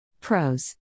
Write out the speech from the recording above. Pros